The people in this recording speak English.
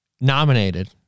nominated